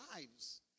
lives